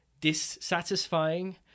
dissatisfying